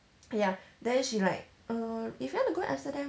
ya then she like err if you want to go amsterdam